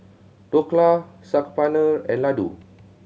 Dhokla Saag Paneer and Ladoo